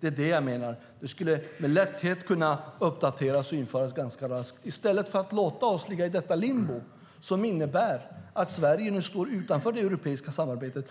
Det skulle med lätthet kunna uppdateras och införas ganska raskt i stället för att låta oss ligga i detta limbo som innebär att Sverige står utanför det europeiska samarbetet.